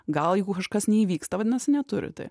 gal jeigu kažkas neįvyksta vadinasi neturi tai